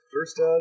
first